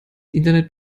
internet